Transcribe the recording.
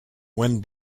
when